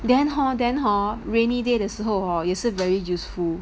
then hor then hor rainy day 的时候 hor 也是 very useful